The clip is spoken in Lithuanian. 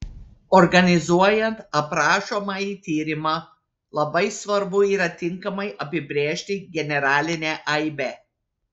organizuojant aprašomąjį tyrimą labai svarbu yra tinkamai apibrėžti generalinę aibę